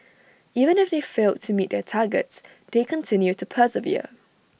even if they failed to meet their targets they continue to persevere